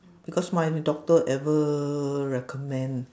because my doctor ever recommend